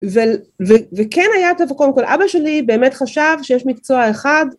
ול.. ו.. וכן היה טוב, קודם כל, אבא שלי באמת חשב שיש מקצוע אחד.